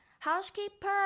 Housekeeper